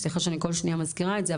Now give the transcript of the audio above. סליחה שאני כל שנייה מזכירה את זה,